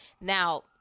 now